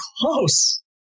close